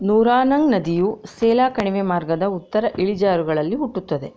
ನೂರಾನಂಗ್ ನದಿಯು ಸೇಲಾ ಕಣಿವೆ ಮಾರ್ಗದ ಉತ್ತರ ಇಳಿಜಾರುಗಳಲ್ಲಿ ಹುಟ್ಟುತ್ತದೆ